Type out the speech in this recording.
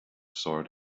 sword